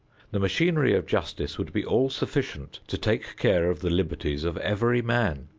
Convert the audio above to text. the machinery of justice would be all-sufficient to take care of the liberties of every man,